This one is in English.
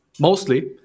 Mostly